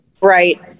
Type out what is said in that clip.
Right